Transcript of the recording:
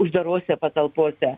uždarose patalpose